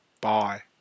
Bye